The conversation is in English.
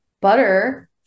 butter